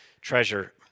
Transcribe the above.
treasure